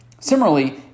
Similarly